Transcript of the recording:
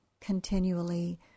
continually